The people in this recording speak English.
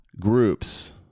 groups